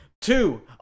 Two